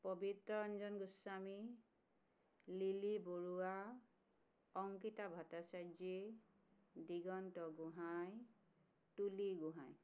Pabitra Ranjan Goswami Lili Barua Ankita Bhattacharya Diganta Gohain Tuli Gohain